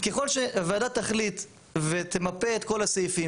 ככל שהוועדה תחליט ותמפה את כל הסעיפים